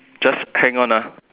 just hang on ah